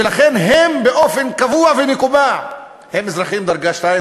ולכן באופן קבוע ומקובע הם אזרחים דרגה 2,